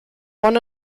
won